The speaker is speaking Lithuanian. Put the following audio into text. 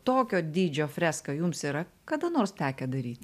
tokio dydžio freską jums yra kada nors tekę daryt